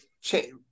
change